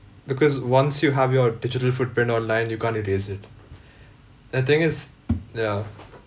because once you have your digital footprint online you can't erase it and thing is ya